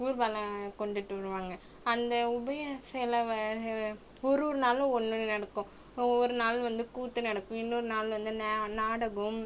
ஊர்வலம் கொண்டுட்டு வருவாங்க அந்த உபயம் செலவை ஒரு ஒரு நாளும் ஒன்னொன்று நடக்கும் ஒவ்வொரு நாள் வந்து கூற்று நடக்கும் இன்னொரு நாள் வந்து ந நாடகம்